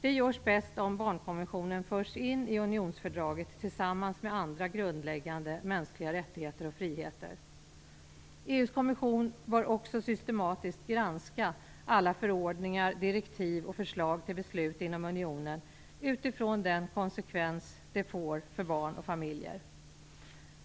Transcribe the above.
Det görs bäst om barnkonventionen förs in i EU:s kommission bör också systematiskt granska alla förordningar, direktiv och förslag till beslut inom unionen utifrån de konsekvenser de får för barn och familjer.